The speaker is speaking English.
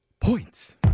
Points